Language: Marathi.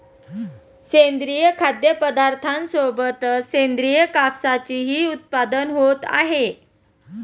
सेंद्रिय खाद्यपदार्थांसोबतच सेंद्रिय कापसाचेही उत्पादन होत आहे